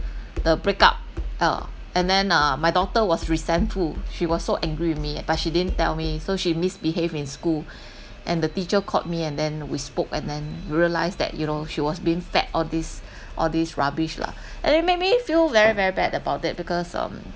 the break up ah and then uh my daughter was resentful she was so angry with me but she didn't tell me so she misbehaved in school and the teacher called me and then we spoke and then realised that you know she was being fed all these all these rubbish lah and it made me feel very very bad about that because um